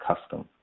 Custom